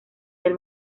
del